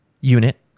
unit